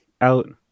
out